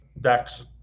decks